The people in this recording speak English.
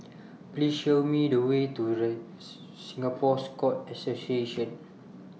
Please Show Me The Way to Singapore Scout Association